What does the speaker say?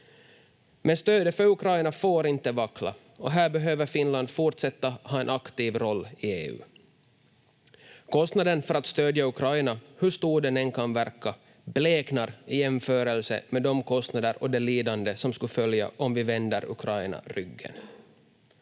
Men stödet för Ukraina får inte vackla, och här behöver Finland fortsätta ha en aktiv roll i EU. Kostnaden för att stödja Ukraina, hur stor den än kan verka, bleknar i jämförelse med de kostnader och det lidande som skulle följa om vi vände Ukraina ryggen.